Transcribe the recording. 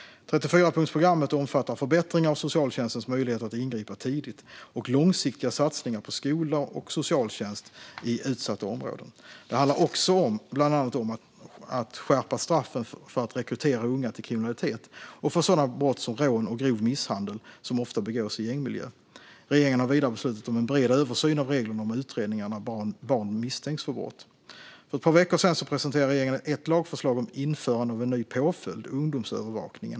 34-punktsprogrammet omfattar förbättringar av socialtjänstens möjligheter att ingripa tidigt och långsiktiga satsningar på skolor och socialtjänst i utsatta områden. Det handlar också bland annat om att skärpa straffen för att rekrytera unga till kriminalitet och för sådana brott som rån och grov misshandel som ofta begås i gängmiljö. Regeringen har vidare beslutat om en bred översyn av reglerna om utredningar när barn misstänks för brott. För ett par veckor sedan presenterade regeringen ett lagförslag om införande av en ny påföljd, ungdomsövervakning.